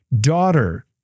daughter